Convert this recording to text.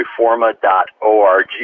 reforma.org